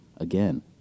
Again